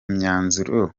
myanzuro